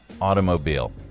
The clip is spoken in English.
automobile